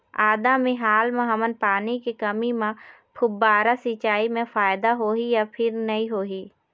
आदा मे हाल मा हमन पानी के कमी म फुब्बारा सिचाई मे फायदा होही या फिर नई होही?